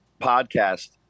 podcast